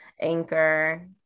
Anchor